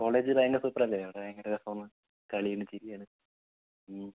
college ഭയങ്കര സൂപ്പറല്ലെ അവിടെ ഭയങ്കര രസമുള്ള കളിയും ചിരിയുമാണ്